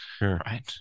right